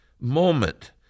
moment